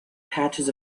patches